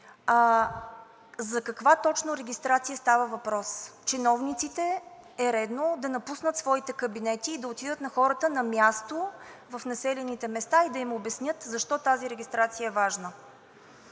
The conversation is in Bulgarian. за каква точно регистрация става въпрос. Чиновниците е редно да напуснат своите кабинети и да отидат при хората на място, в населените места и да им обяснят защо тази регистрация е важна.